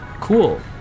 Cool